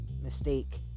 mistake